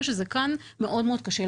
כשאתם מדברים על נושא כזה,